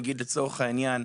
לצורך העניין,